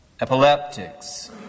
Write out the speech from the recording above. epileptics